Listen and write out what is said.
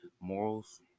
Morals